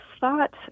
thought